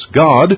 God